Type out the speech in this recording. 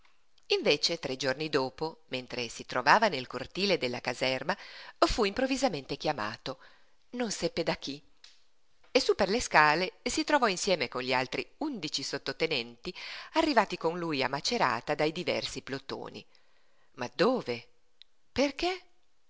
invece tre giorni dopo mentre si trovava nel cortile della caserma fu improvvisamente chiamato non seppe da chi e sú per le scale si trovò insieme con gli altri undici sottotenenti arrivati con lui a macerata dai diversi plotoni ma dove perché